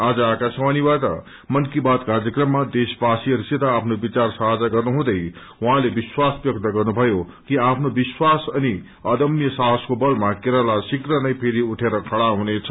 आज आकाशवाणी बाट मन की बात कार्यक्रममा देशवासीहरूसित आफ्नो विचार साझा गर्नु हुँदै उहाँले विश्वास व्यक्त गर्नुभयो कि आफ्नो विश्वास अनि अदम्य साहसको बलामा केरला शीाघ्र नै फेरि एठेर खड़ा हुनेछ